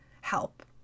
help